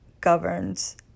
governs